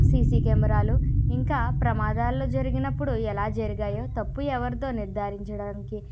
CC కెమెరాలు ఇంకా ప్రమాదాలు జరిగినప్పుడు ఎలా జరిగినాయో తప్పు ఎవరిదో నిర్ధారించడానికి